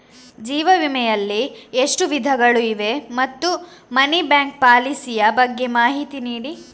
ಜೀವ ವಿಮೆ ಯಲ್ಲಿ ಎಷ್ಟು ವಿಧಗಳು ಇವೆ ಮತ್ತು ಮನಿ ಬ್ಯಾಕ್ ಪಾಲಿಸಿ ಯ ಬಗ್ಗೆ ಮಾಹಿತಿ ನೀಡಿ?